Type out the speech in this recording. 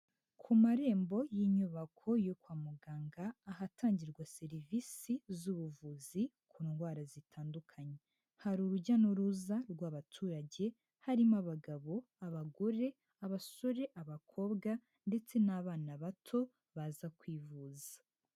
Ku marembo y'inyubako yo kwa muganga ahatangirwa serivisi z'ubuvuzi ku ndwara zitandukanye, hari urujya n'uruza rw'abaturage, harimo abagabo, abagore, abasore, abakobwa ndetse n'abana bato baza kwivuza.